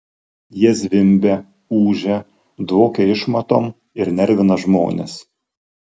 jie zvimbia ūžia dvokia išmatom ir nervina žmones